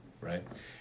Right